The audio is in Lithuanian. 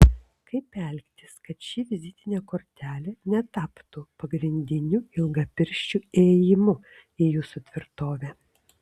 kaip elgtis kad ši vizitinė kortelė netaptų pagrindiniu ilgapirščių įėjimu į jūsų tvirtovę